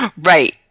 Right